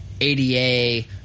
ADA